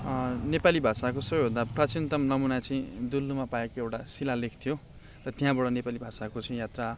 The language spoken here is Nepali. नेपाली भाषाको सबैभन्दा प्राचीनतम् नमुना चाहिँ डुल्लुमा पाएको एउटा शिलालेख थियो र त्यहाँबाट नेपाली भाषाको चाहिँ यात्रा